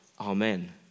Amen